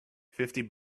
fifty